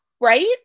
Right